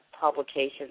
publications